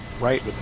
right